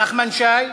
נחמן שי,